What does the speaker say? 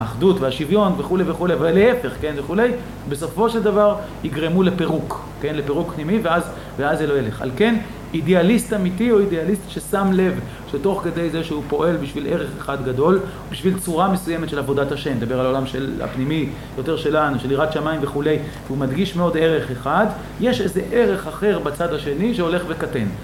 האחדות והשוויון וכו׳ וכו׳ ולהפך כן וכו׳ בסופו של דבר יגרמו לפירוק, כן לפירוק פנימי ואז ואז זה לא ילך. על כן אידיאליסט אמיתי הוא אידיאליסט ששם לב שתוך כדי זה שהוא פועל בשביל ערך אחד גדול בשביל צורה מסוימת של עבודת השם, אני מדבר על העולם הפנימי יותר שלנו של יראת שמיים וכו׳ הוא מדגיש מאוד ערך אחד, יש איזה ערך אחר בצד השני שהולך וקטן